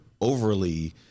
overly